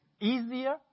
easier